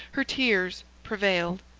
her tears, prevailed.